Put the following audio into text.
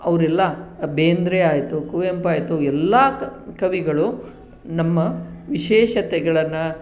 ಅವರೆಲ್ಲ ಬೇಂದ್ರೆ ಆಯಿತು ಕುವೆಂಪು ಆಯಿತು ಎಲ್ಲ ಕವಿಗಳು ನಮ್ಮ ವಿಶೇಷತೆಗಳನ್ನು